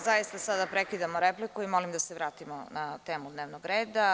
Zaista sada prekidamo repliku i molim da se vratimo na temu dnevnog reda.